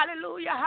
hallelujah